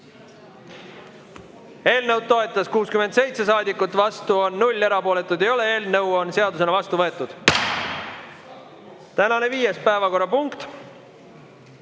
Eelnõu toetas 67 saadikut, vastu oli 0, erapooletuid ei ole. Eelnõu on seadusena vastu võetud. Tänane viies päevakorrapunkt